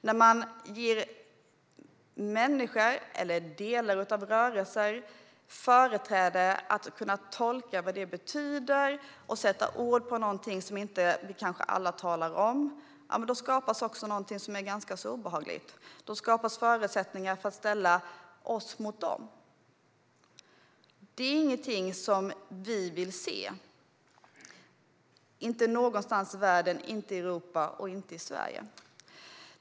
När människor eller delar av rörelser ges företräde att tolka vad det betyder och att sätta ord på något som alla kanske inte talar om skapas något ganska obehagligt. Då skapas det förutsättningar för att ställa oss mot dem. Det är ingenting vi vill se, inte någonstans i världen, inte i Europa och inte i Sverige.